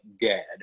dead